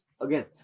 again